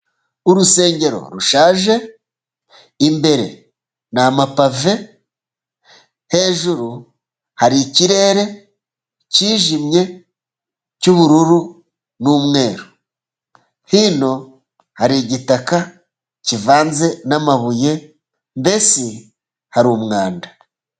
Urusengero rushaje imbere n'amapave, hejuru hari ikirere, cyijimye cy'ubururu n'umweru, hino hari igitaka kivanze n'amabuye, mbese hari umwanda.